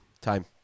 Time